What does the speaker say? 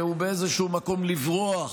הוא באיזשהו מקום לברוח